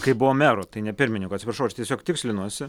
kai buvo meru tai ne pirmininku aš atsiprašau aš tiesiog tikslinuosi